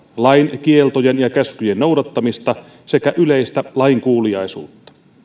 lain kieltojen ja käskyjen noudattamista sekä yleistä lainkuuliaisuutta